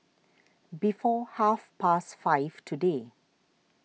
before half past five today